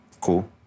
Cool